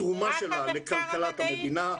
התרומה שלה לכלכלת המדינה.